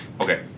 Okay